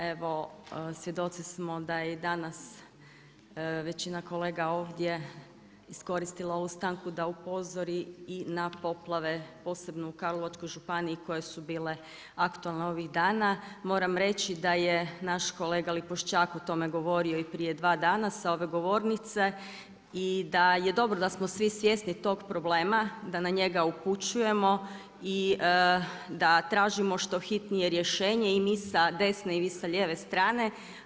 Evo svjedoci smo da i danas većina kolega ovdje iskoristila ovu stanku da upozori na poplave posebno u Karlovačkoj županiji koje su bile aktualne ovih dana. moram reći da je naš kolega Lipošćak o tome govorio i prije dva dana sa ove govornice i da je dobro da smo svi svjesni tog problema, da na njega upućujemo i da tražimo što hitnije rješenje i mi sa desne i vi sa lijeve strane.